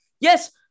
Yes